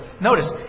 Notice